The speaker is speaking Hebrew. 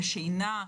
בשינה,